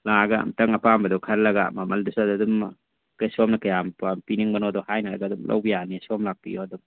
ꯂꯥꯛꯑꯒ ꯑꯝꯇꯪ ꯑꯄꯥꯝꯕꯗꯣ ꯈꯜꯂꯒ ꯃꯃꯜꯗꯨꯁꯨ ꯑꯗꯗꯨꯝ ꯁꯣꯝꯅ ꯀꯌꯥꯝ ꯄꯤꯅꯤꯡꯕꯅꯣꯗꯣ ꯍꯥꯏꯅꯔꯒ ꯑꯗꯨꯝ ꯂꯧꯕ ꯌꯥꯅꯤ ꯁꯣꯝ ꯂꯥꯛꯄꯤꯌꯣ ꯑꯗꯨꯝ